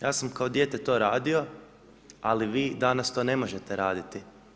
Ja sam kao dijete to radio, ali vi danas to ne možete raditi.